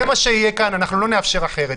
זה מה שיהיה ולא נאפשר אחרת.